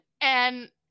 and-